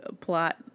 plot